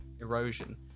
erosion